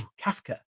Kafka